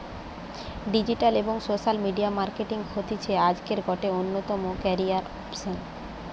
digital এবং social media marketing হতিছে আজকের গটে অন্যতম ক্যারিয়ার অপসন